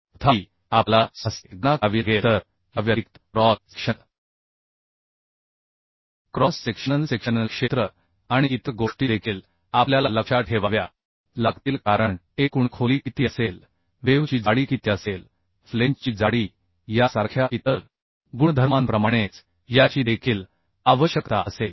तथापि आपल्याला स्वहस्ते गणना करावी लागेल तर या व्यतिरिक्त क्रॉस सेक्शनल क्षेत्र आणि इतर गोष्टी देखील आपल्याला लक्षात ठेवाव्या लागतील कारण एकूण खोली किती असेल वेव्ह ची जाडी किती असेल फ्लेंजची जाडी यासारख्या इतर गुणधर्मांप्रमाणेच याची देखील आवश्यकता असेल